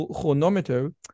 chronometer